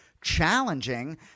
challenging